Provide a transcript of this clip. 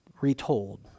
retold